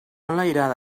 enlairada